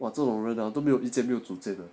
!wah! 这种人 hor 都没有意见没有主键 eh